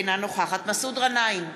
אינה נוכחת מסעוד גנאים,